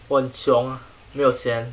我穷没有钱